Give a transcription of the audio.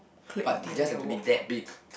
but it just have to be that big